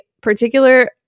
particular